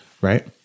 right